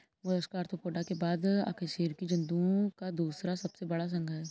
Mollusca Arthropoda के बाद अकशेरुकी जंतुओं का दूसरा सबसे बड़ा संघ है